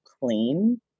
clean